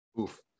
Oof